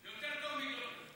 יותר טוב מדורנר.